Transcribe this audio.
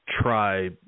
try